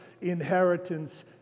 inheritance